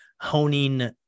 honing